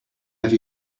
have